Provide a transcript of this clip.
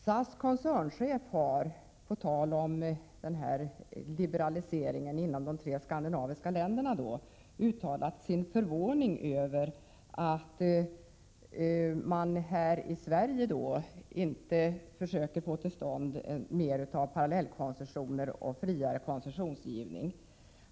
SAS koncernchef har, på tal om liberaliseringen inom de skandinaviska länderna, uttalat sin förvåning över att man här i Sverige inte försöker få till stånd mer av parallellkoncessioner och friare koncessionsgivning.